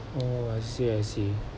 oh I see I see